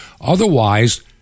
Otherwise